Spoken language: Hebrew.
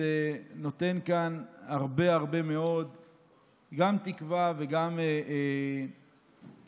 שנותן כאן הרבה מאוד תקווה וגם תחושות